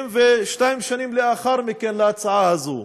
32 שנים לאחר מכן, להצעה הזאת,